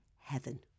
Heaven